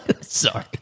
Sorry